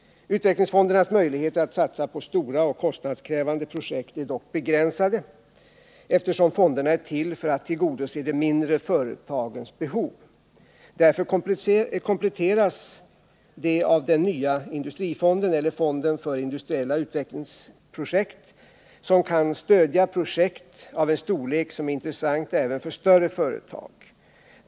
Utvecklingsfondernas möjligheter att satsa på stora och kostnadskrävande projekt är dock begränsade, eftersom fonderna är till för att tillgodose de mindre företagens behov. Därför kompletteras de av den nya industrifonden eller fonden för industriella utvecklingsprojekt, som kan stödja projekt av en storlek som är intressant även för större företag.